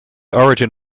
origin